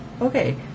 Okay